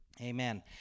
amen